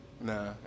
Nah